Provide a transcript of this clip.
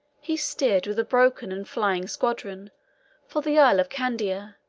he steered with a broken and flying squadron for the isle of candia,